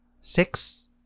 six